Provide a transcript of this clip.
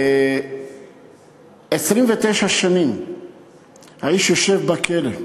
29 שנים האיש יושב בכלא.